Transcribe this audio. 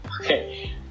Okay